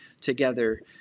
together